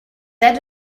that